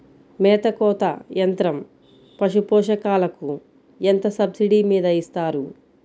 మేత కోత యంత్రం పశుపోషకాలకు ఎంత సబ్సిడీ మీద ఇస్తారు?